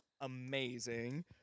amazing